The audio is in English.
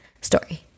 story